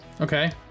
Okay